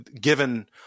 given